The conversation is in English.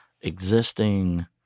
existing